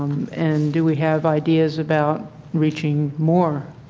and do we have ideas about reaching more